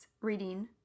reading